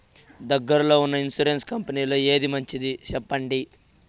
దగ్గర లో ఉన్న ఇన్సూరెన్సు కంపెనీలలో ఏది మంచిది? సెప్పండి?